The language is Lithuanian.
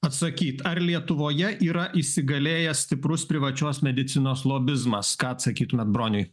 atsakyt ar lietuvoje yra įsigalėjęs stiprus privačios medicinos lobizmas ką atsakytumėt broniui